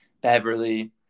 Beverly